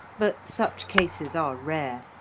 but such cases are rare,